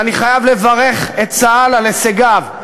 ואני חייב לברך את צה"ל על הישגיו.